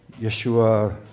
Yeshua